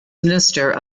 minister